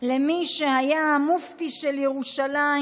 למי שהיה המופתי של ירושלים,